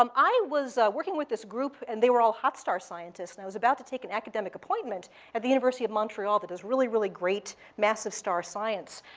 um i was working with this group, and they were all hot star scientists, and i was about to take an academic appointment at the university of montreal that does really, really great massive star science.